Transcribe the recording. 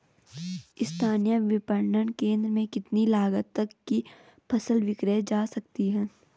स्थानीय विपणन केंद्र में कितनी लागत तक कि फसल विक्रय जा सकती है?